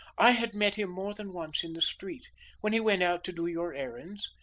i had met him more than once in the street when he went out to do your errands,